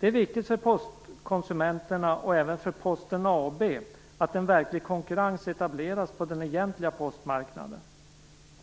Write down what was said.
Det är viktigt för postkonsumenterna, och även för Posten AB, att en verklig konkurrens etableras på den egentliga postmarknaden.